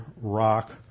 rock